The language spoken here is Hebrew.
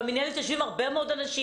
יושבים בה הרבה מאוד אנשים.